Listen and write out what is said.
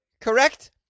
correct